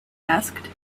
asked